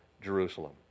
Jerusalem